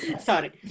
Sorry